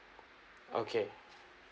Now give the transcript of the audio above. okay